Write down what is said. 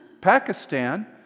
Pakistan